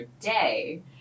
day